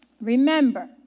Remember